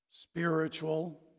spiritual